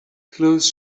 close